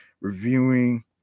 reviewing